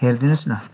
हेरिदिनुहोस् न